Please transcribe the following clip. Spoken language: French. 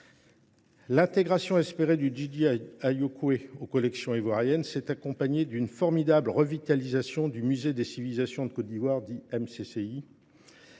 L'intégration espérée du Didier Ayokoué aux collections ivoiriennes s'est accompagnée d'une formidable revitalisation du Musée des civilisations de Côte d'Ivoire, dit MCCI.